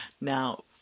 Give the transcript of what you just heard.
Now